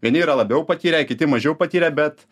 vieni yra labiau patyrę kiti mažiau patyrę bet